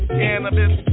cannabis